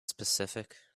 specific